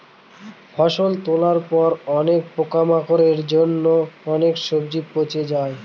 ফসল তোলার পরে অনেক পোকামাকড়ের জন্য অনেক সবজি পচে যায়